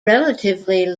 relatively